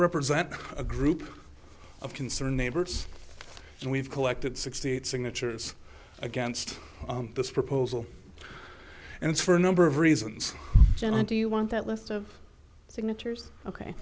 represent a group of concerned neighbors and we've collected sixty eight signatures against this proposal and it's for a number of reasons do you want that list of signatures ok